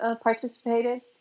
participated